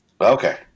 Okay